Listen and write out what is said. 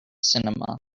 cinema